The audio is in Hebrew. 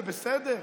זה בסדר,